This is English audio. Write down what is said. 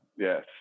Yes